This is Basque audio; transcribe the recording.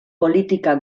politika